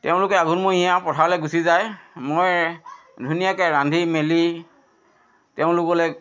তেওঁলোকে আঘোণ মহীয়া পথাৰলৈ গুচি যায় মই ধুনীয়াকৈ ৰান্ধি মেলি তেওঁলোকলৈ